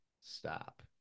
stop